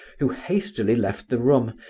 who hastily left the room,